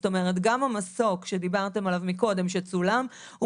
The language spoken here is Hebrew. זאת אומרת גם המסוק שדיברתם עליו מקודם שצולם הוא